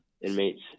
inmates